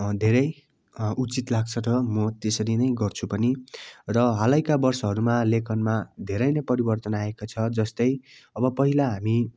धेरै उचित लाग्छ र म त्यसरी नै गर्छु पनि र हालैका वर्षहरूमा लेखनमा धेरै नै परिवर्तन आएको छ जस्तै अब पहिला हामी